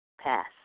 pass